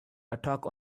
attack